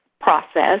process